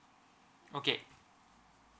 okay